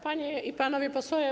Panie i Panowie Posłowie!